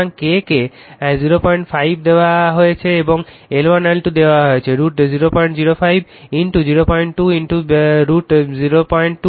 সুতরাং K কে 05 দেওয়া হয়েছে এবং L1 L2 দেওয়া হয়েছে √ 005 02 √ 02